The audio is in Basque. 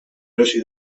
erosi